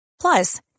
Plus